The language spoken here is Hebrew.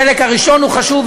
החלק הראשון הוא חשוב,